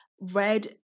red